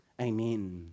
Amen